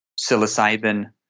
psilocybin